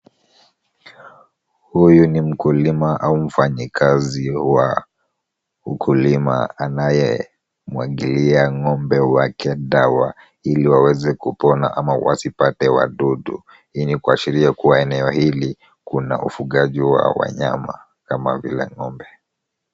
Huyu ni mkulima au mfanyikazi wa ukulima anayemwagilia ng'ombe wake dawa ili waweze kupona ama wasipate wadudu. Hii ni kuashiria kuwa eneo hili kuna ufugaji wa wanyama kama vile ng'ombe.